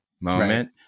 moment